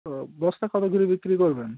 ও বস্তা কত করে বিক্রি করবেন